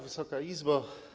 Wysoka Izbo!